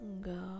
go